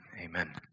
amen